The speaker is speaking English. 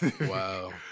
wow